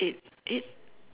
eight eight